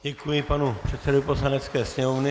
Děkuji panu předsedovi Poslanecké sněmovny.